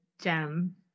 gem